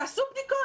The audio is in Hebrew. תעשו בדיקות.